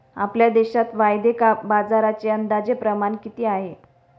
आपल्या देशात वायदे बाजाराचे अंदाजे प्रमाण किती आहे?